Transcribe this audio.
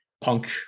punk